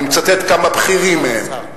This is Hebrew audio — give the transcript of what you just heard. אני מצטט כמה בכירים מהם.